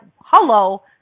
hello